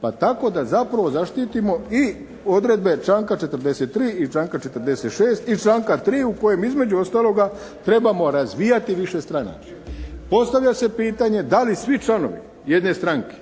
Pa tako da zapravo zaštitimo i odredbe članka 43. i članka 46. i članka 3. u kojem između ostaloga trebamo razvijati višestranačje. Postavlja se pitanje da li svi članovi jedne stranke